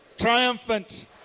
triumphant